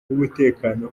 w’umutekano